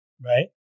Right